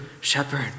shepherd